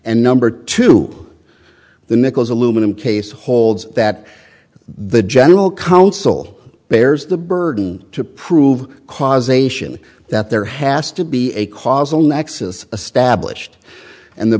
and number two the nichols aluminum case holds that the general counsel bears the burden to prove causation that there has to be a causal nexus established and the